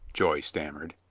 joy stammered.